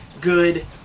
good